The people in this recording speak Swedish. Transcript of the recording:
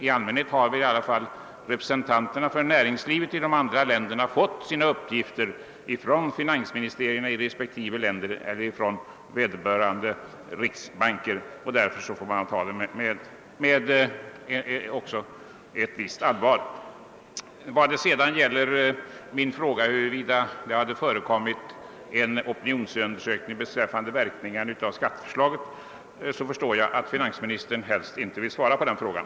I allmänhet har dock representanterna för näringslivet i andra länder erhållit sina uppgifter från finansministerierna i respektive land eller från vederbörande riksbank, och där för får vi ta uppgifterna med ett visst allvar. Vad sedan gäller min fråga huruvida det hade gjorts någon opinionsundersökning rörande verkningarna av skatteförslaget förstår jag att finansministern helst inte vill svara på den frågan.